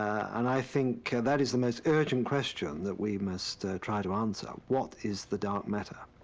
and i think that is the most urgent question that we must, ah, try to answer. what is the dark matter?